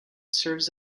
serves